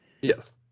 Yes